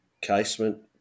casement